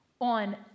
on